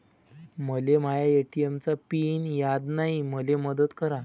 मले माया ए.टी.एम चा पिन याद नायी, मले मदत करा